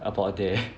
about there